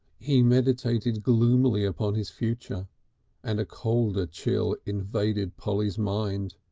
he meditated gloomily upon his future and a colder chill invaded polly's mind.